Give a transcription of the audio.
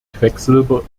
quecksilber